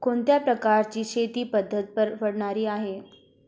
कोणत्या प्रकारची शेती पद्धत परवडणारी आहे?